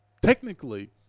technically